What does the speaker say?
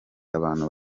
abantu